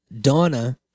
Donna